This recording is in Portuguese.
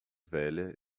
velha